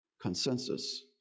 consensus